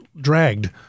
dragged